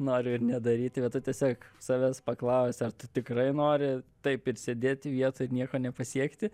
noriu ir nedaryti bet tu tiesiog savęs paklausi ar tikrai nori taip ir sėdėt vietoj ir nieko nepasiekti